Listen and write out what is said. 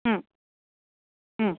ಹ್ಞೂ ಹ್ಞೂ